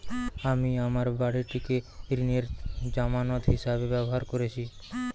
আমি আমার বাড়িটিকে ঋণের জামানত হিসাবে ব্যবহার করেছি